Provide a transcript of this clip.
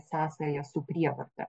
sąsaja su prievarta